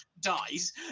dies